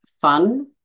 Fun